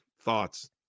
Thoughts